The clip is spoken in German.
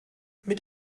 mit